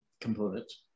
components